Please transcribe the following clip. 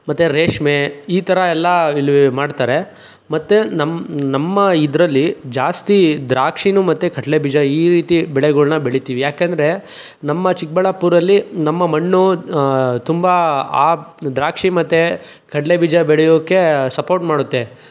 ಮತ್ತು ರೇಷ್ಮೆ ಈ ಥರ ಎಲ್ಲ ಇಲ್ಲಿ ಮಾಡ್ತಾರೆ ಮತ್ತು ನಮ್ಮ ನಮ್ಮ ಇದರಲ್ಲಿ ಜಾಸ್ತಿ ದ್ರಾಕ್ಷಿ ಮತ್ತು ಕಡ್ಲೆಬೀಜ ಈ ರೀತಿ ಬೆಳೆಗಳ್ನ ಬೆಳಿತಿವಿ ಯಾಕಂದರೆ ನಮ್ಮ ಚಿಕ್ಕಬಳ್ಳಾಪುರಲ್ಲಿ ನಮ್ಮ ಮಣ್ಣು ತುಂಬ ಆ ದ್ರಾಕ್ಷಿ ಮತ್ತು ಕಡ್ಲೆಬೀಜ ಬೆಳೆಯೋಕೆ ಸಪೋರ್ಟ್ ಮಾಡುತ್ತೆ